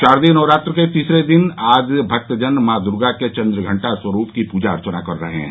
शारदीय नवरात्र के तीसरे दिन आज भक्तजन मां दुर्गा के चंद्रघंटा स्वरूप की पूजा अर्चना कर रहे हैं